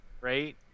right